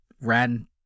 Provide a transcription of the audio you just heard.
ran